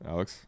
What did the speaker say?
Alex